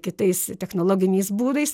kitais technologiniais būdais